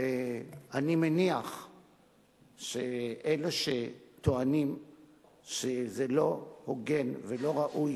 ואני מניח שאלה שטוענים שזה לא הוגן ולא ראוי